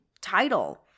title